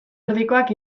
erdikoak